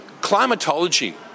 climatology